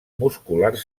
musculars